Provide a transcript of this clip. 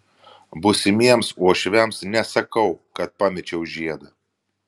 būsimiems uošviams nesakau kad pamečiau žiedą